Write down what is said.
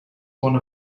one